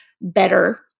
better